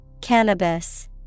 Cannabis